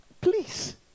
Please